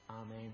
Amen